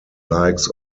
likes